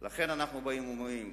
לכן אנחנו באים ואומרים: